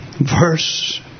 Verse